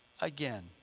again